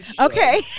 Okay